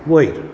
वयर